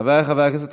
חברי חברי הכנסת,